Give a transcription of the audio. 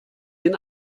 den